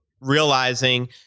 realizing